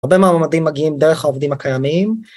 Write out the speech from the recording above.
הרבה מהמועמדים מגיעים דרך העובדים הקיימים